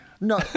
No